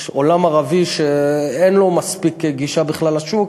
אני חושב שיש עולם ערבי שאין לו מספיק גישה בכלל לשוק,